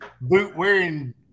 boot-wearing